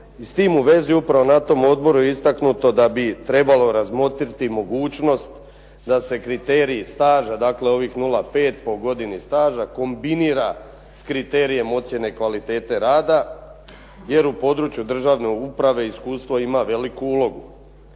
I s tim u vezi upravo na tom odboru je istaknuto da bi trebalo razmotriti mogućnost da se kriteriji staža, dakle ovih 0,5 po godini staža kombinira s kriterijem ocjene kvalitete rada. Jer u području državne uprave iskustvo ima veliku ulogu.